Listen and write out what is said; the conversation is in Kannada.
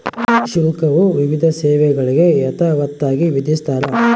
ಶುಲ್ಕವು ವಿವಿಧ ಸೇವೆಗಳಿಗೆ ಯಥಾವತ್ತಾಗಿ ವಿಧಿಸ್ತಾರ